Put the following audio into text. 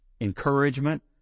encouragement